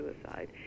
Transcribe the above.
suicide